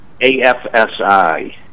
AFSI